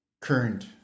current